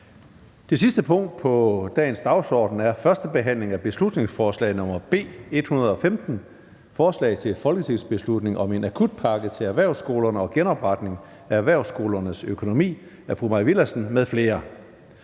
Det sidste punkt på dagsordenen er: 6) 1. behandling af beslutningsforslag nr. B 115: Forslag til folketingsbeslutning om en akutpakke til erhvervsskolerne og genopretning af erhvervsskolernes økonomi. Af Mai Villadsen (EL) m.fl.